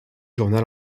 journal